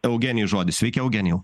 eugenijui žodis sveiki eugenijau